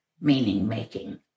meaning-making